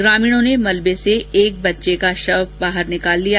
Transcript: ग्रामीणों ने मलबे से एक बच्चे का शव निकाल लिया